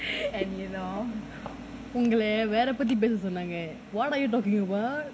உங்கள வேற பத்தி பேச சொன்னாங்க:ungala vera pathi pesa sonnaanga what are you talking about